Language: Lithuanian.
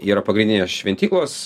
yra pagrindinės šventyklos